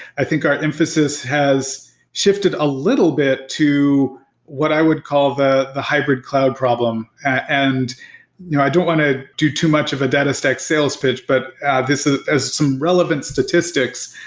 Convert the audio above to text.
i think our emphasis has shifted a little bit to what i would call the the hybrid cloud problem. and you know i don't want to do too much of the datastax sales pitch, but ah this ah has some relevant statistics.